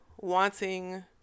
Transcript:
wanting